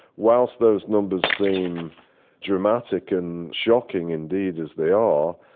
whilst those numbers seem dramatic and shocking indeed, as they are,